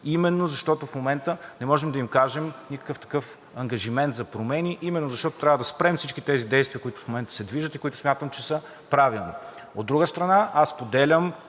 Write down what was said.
именно защото в момента не можем да им кажем никакъв такъв ангажимент за промени, именно защото трябва да спрем всички тези действия, които в момента се движат и които смятам, че са правилни. От друга страна, аз споделям